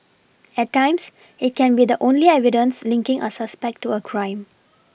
at times it can be the only evidence linking a suspect to a crime